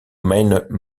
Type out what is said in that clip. mijn